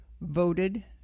voted